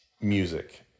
music